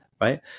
right